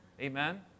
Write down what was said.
Amen